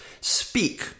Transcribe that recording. speak